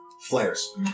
flares